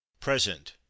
present